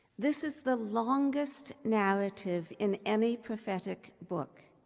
this is the longest narrative in any prophetic book.